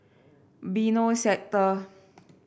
Benoi Sector